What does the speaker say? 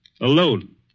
alone